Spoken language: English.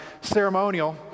ceremonial